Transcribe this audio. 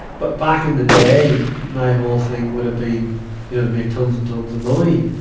but, back in the day, my whole thing would have been, you know, to make tons and tons of money.